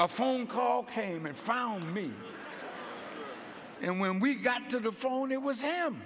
a phone call came and found me and when we got to the phone it was him